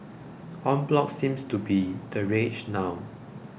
en bloc seems to be the rage now